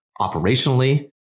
operationally